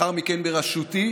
ולאחר מכן בראשותי.